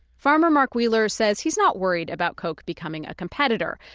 farmer mark wheeler says he's not worried about coke becoming a competitor.